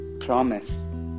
promise